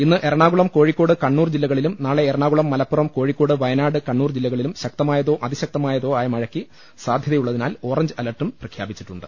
ഇന്ന് എറണാകുളം കോഴി ക്കോട് കണ്ണൂർ ജില്ലകളിലും നാളെ എറണാകുളം മലപ്പുറം കോഴിക്കോട് വയനാട് കണ്ണൂർ ജില്ലകളിലും ശക്തമായതോ അതിശക്തമായതോ ആയ മഴയ്ക്ക് സാധ്യതയുള്ളതിനാൽ ഓറഞ്ച് അലേർട്ടും പ്രഖ്യാപിച്ചിട്ടുണ്ട്